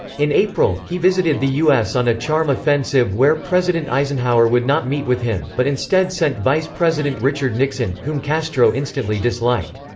in april, he visited the u s. on a charm offensive where president eisenhower would not meet with him, but instead sent vice president richard nixon, whom castro instantly disliked.